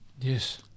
Yes